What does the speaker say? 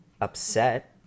upset